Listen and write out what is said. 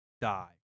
die